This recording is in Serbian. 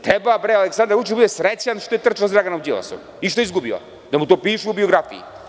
Treba Aleksandar Vučić da bude srećan što je trčao sa Draganom Đilasom i što je izgubio, da mu to piše u biografiji.